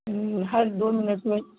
ہوں ہر دو منٹ میں